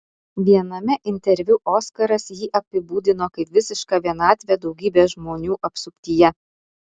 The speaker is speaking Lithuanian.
viename interviu oskaras jį apibūdino kaip visišką vienatvę daugybės žmonių apsuptyje